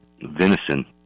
venison